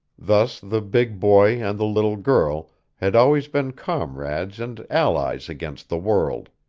thus the big boy and the little girl had always been comrades and allies against the world.